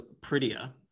prettier